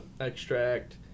extract